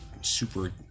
super